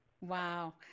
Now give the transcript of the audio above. Wow